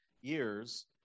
years